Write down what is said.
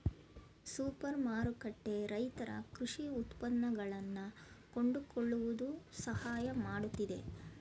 super ಮಾರುಕಟ್ಟೆ ರೈತರ ಕೃಷಿ ಉತ್ಪನ್ನಗಳನ್ನಾ ಕೊಂಡುಕೊಳ್ಳುವುದು ಸಹಾಯ ಮಾಡುತ್ತಿದೆ